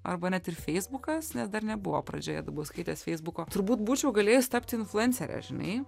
arba net ir feisbukas nes dar nebuvo pradžioje dubauskaitės feisbuko turbūt būčiau galėjus tapti influencere žinai